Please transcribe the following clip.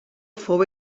fou